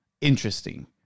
interesting